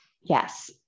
Yes